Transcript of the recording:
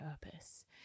purpose